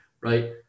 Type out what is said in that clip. right